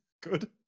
Good